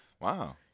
Wow